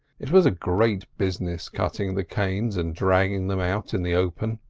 it was a great business cutting the canes and dragging them out in the open.